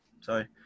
sorry